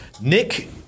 Nick